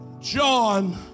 John